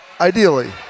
Ideally